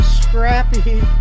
scrappy